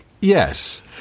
Yes